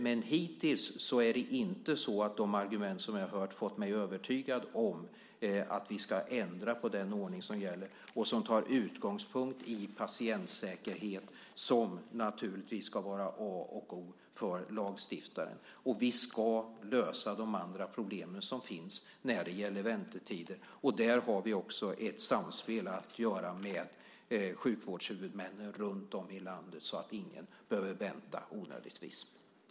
Men hittills har de argument jag har hört inte fått mig övertygad om att vi ska ändra på den ordning som nu gäller och som tar sin utgångspunkt i patientsäkerheten, som naturligtvis ska vara A och O för lagstiftaren. Vi ska lösa de problem som finns när det gäller väntetider. Där måste vi ha ett samspel med sjukvårdshuvudmännen runtom i landet, så att ingen behöver vänta i onödan.